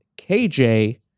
KJ